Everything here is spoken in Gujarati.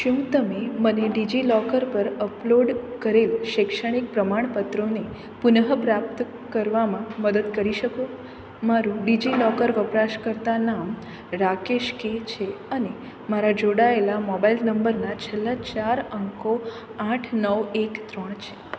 શું તમે મને ડિજિલોકર પર અપલોડ કરેલ શૈક્ષણિક પ્રમાણપત્રોને પુનઃપ્રાપ્ત કરવામાં મદદ કરી શકો મારું ડિજિલોકર વપરાશકર્તાનામ રાકેશ કે છે અને મારા જોડાયેલા મોબાઇલ નંબરના છેલ્લા ચાર અંકો આઠ નવ એક ત્રણ છે